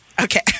Okay